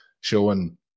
showing